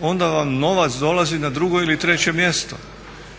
onda vam novac dolazi na drugo ili treće mjesto.